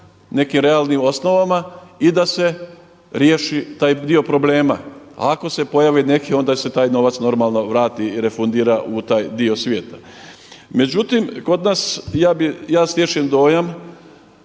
nekim realnim osnovama i da se riješi taj dio problema. A ako se pojavi neki onda se taj novac normalno vrati, refundira u taj dio svijeta. Međutim, kod nas, ja stječem dojam,